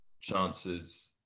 chances